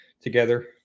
together